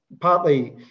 partly